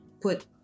put